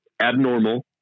abnormal